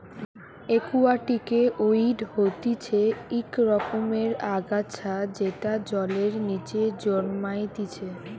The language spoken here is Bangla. একুয়াটিকে ওয়িড হতিছে ইক রকমের আগাছা যেটা জলের নিচে জন্মাইতিছে